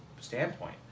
standpoint